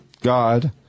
God